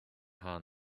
hand